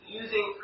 using